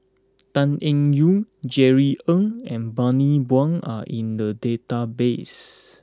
Tan Eng Yoon Jerry Ng and Bani Buang are in the database